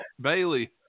Bailey